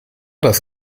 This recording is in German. das